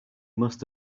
must